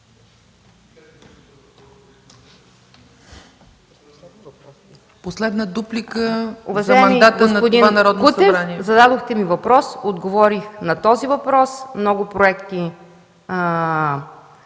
Последна дуплика за мандата на това Народно събрание.